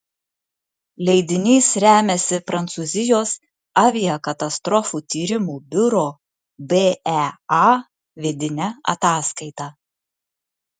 leidinys remiasi prancūzijos aviakatastrofų tyrimų biuro bea vidine ataskaita